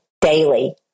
daily